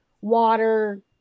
water